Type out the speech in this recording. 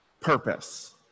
purpose